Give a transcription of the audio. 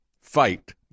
fight